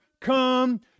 come